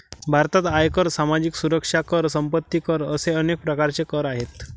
भारतात आयकर, सामाजिक सुरक्षा कर, संपत्ती कर असे अनेक प्रकारचे कर आहेत